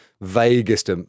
vaguest